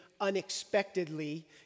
unexpectedly